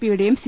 P യുടെയും C